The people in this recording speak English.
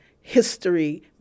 history